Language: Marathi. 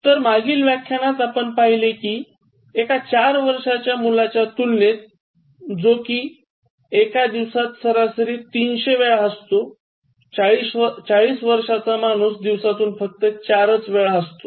तर मागील व्यख्यानात आपण पहिले कि एका चार वर्षांच्या मुलाच्या तुलनेत जे एका दिवसात सरासरी 300 वेळा हसते 40 वर्षांचा माणूस दिवसातून फक्त चार वेळा हसतो